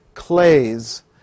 clays